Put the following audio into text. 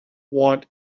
want